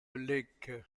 lake